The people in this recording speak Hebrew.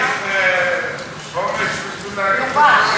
צריך אומץ בשביל להגיד את הדברים?